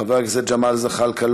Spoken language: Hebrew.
חבר הכנסת ג'מאל זחאלקה,